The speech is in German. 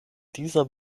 dieser